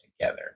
together